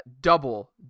double